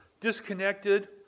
disconnected